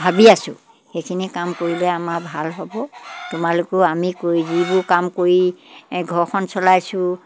ভাবি আছোঁ সেইখিনি কাম কৰিলে আমাৰ ভাল হ'ব তোমালোকেও আমি কৰি যিবোৰ কাম কৰি ঘৰখন চলাইছোঁ